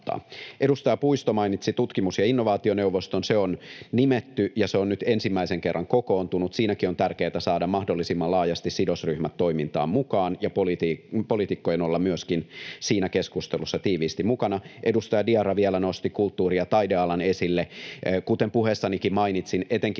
Edustaja Puisto mainitsi tutkimus- ja innovaationeuvoston. Se on nimetty, ja se on nyt ensimmäisen kerran kokoontunut. Siinäkin on tärkeätä saada mahdollisimman laajasti sidosryhmät toimintaan mukaan ja poliitikkojen olla myöskin siinä keskustelussa tiiviisti mukana. Edustaja Diarra vielä nosti kulttuuri- ja taidealan esille. Kuten puheessanikin mainitsin, etenkin